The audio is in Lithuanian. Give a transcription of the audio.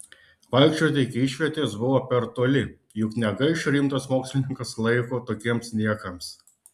vaikščioti iki išvietės buvo per toli juk negaiš rimtas mokslininkas laiko tokiems niekams